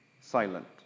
silent